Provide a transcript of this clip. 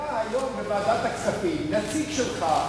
היה היום בוועדת הכספים נציג שלך,